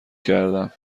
کردم